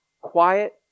quiet